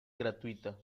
gratuita